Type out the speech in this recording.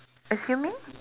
assuming